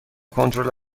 کنترل